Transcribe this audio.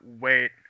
wait